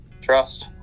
Trust